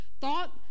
thought